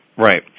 Right